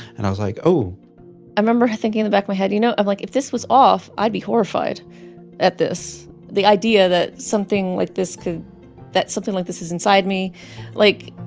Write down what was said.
and i was like, oh i remember thinking in the back my head, you know i'm like, if this was off, i'd be horrified at this. the idea that something like this could that something like this is inside me like,